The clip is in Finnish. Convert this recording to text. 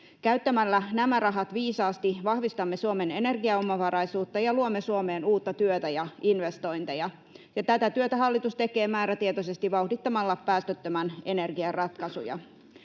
Käyttämällä nämä rahat viisaasti vahvistamme Suomen energiaomavaraisuutta ja luomme Suomeen uutta työtä ja investointeja, ja tätä työtä hallitus tekee määrätietoisesti vauhdittamalla päästöttömän energian ratkaisuja.